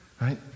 Right